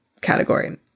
category